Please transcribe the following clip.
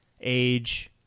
age